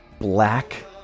black